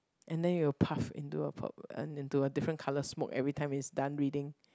and then it'll puff into a po~ into a different colour smoke everytime it's done reading